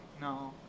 no